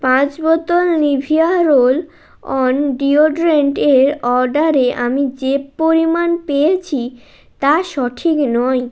পাঁচ বোতল Nivea roll on deodorant এর অর্ডারে আমি যে পরিমাণ পেয়েছি তা সঠিক নয়